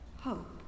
Hope